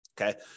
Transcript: Okay